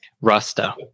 Rasta